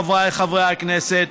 חבריי חברי הכנסת,